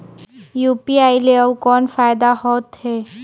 UPI ले अउ कौन फायदा होथ है?